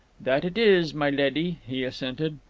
that it is, my leddy, he assented.